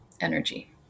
energy